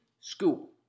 school